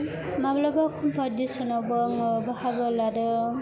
माब्लाबा कम्पिटिस'न आवबो आङो बाहागो लादों